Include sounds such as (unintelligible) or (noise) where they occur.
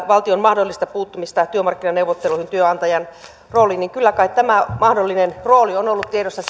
valtion mahdollista puuttumista työmarkkinaneuvotteluihin työnantajan rooliin niin kyllä kai tämä mahdollinen rooli on ollut tiedossa (unintelligible)